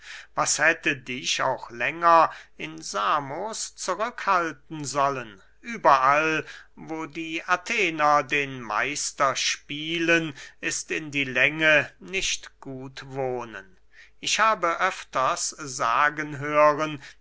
was hätte dich auch länger in samos zurückhalten sollen überall wo die athener den meister spielen ist in die länge nicht gut wohnen ich habe öfters sagen hören